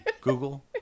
Google